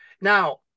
Now